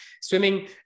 swimming